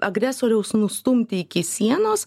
agresoriaus nustumti iki sienos